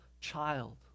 child